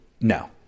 No